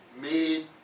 made